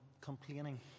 complaining